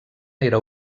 era